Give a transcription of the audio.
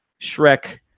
Shrek